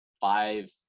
five